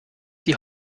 die